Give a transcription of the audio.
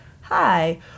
hi